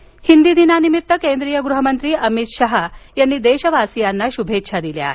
शहा हिंदी दिनानिमित्त केंद्रीय गृहमंत्री अमित शहा यांनी देशवासियांना शुभेच्छा दिल्या आहेत